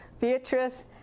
Beatrice